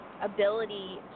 ability